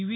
V